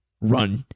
run